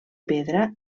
pedra